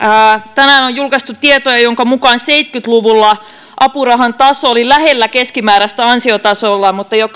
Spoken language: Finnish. tänään on julkaistu tietoja joiden mukaan seitsemänkymmentä luvulla apurahan taso oli lähellä keskimääräistä ansiotasoa mutta jo